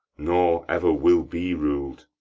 nor ever will be rul'd.